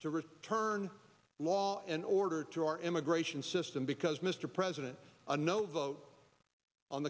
to return law and order to our immigration system because mr president a no vote on